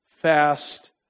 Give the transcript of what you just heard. fast